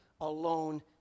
alone